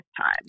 time